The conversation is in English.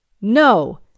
No